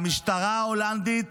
המשטרה ההולנדית